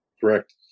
correct